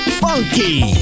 funky